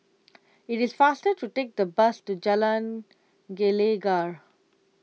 it is faster to take the bus to Jalan Gelegar